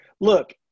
Look